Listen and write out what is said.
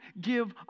give